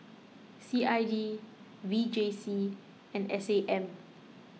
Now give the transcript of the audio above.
C I D V J C and S A M